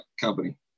company